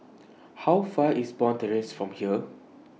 How Far IS Bond Terrace from here